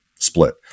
split